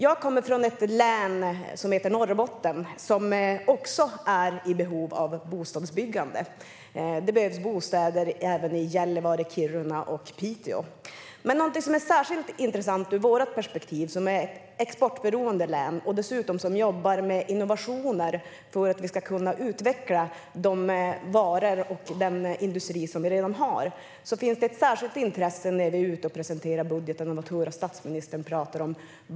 Jag kommer från ett län som heter Norrbotten, som också är i behov av bostadsbyggande. Det behövs bostäder även i Gällivare, Kiruna och Piteå. Det finns någonting som är särskilt intressant ur vårt perspektiv som ett exportberoende län och ett län som dessutom jobbar med innovationer för att vi ska kunna utveckla de varor och den industri som vi redan har. Det finns ett särskilt intresse när vi är ute och presenterar budgeten av att höra vad statsministern talar om.